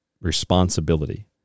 responsibility